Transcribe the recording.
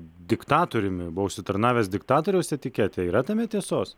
diktatoriumi buvo užsitarnavęs diktatoriaus etiketę yra tame tiesos